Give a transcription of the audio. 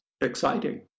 exciting